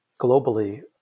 globally